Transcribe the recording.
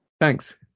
thanks